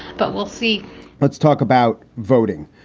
but we'll see let's talk about voting.